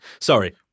Sorry